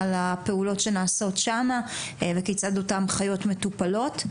על הפעולות שנעשות שמה וכיצד אותן חיות מטופלות.